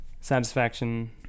satisfaction